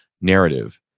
narrative